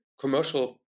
commercial